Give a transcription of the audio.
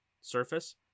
surface